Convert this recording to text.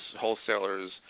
wholesalers